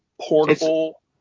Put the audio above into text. portable